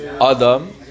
Adam